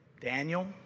Daniel